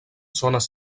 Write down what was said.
zones